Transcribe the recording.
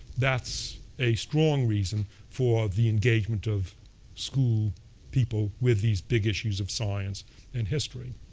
that's a strong reason for the engagement of school people with these big issues of science and history.